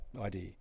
idea